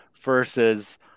versus